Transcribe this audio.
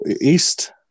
East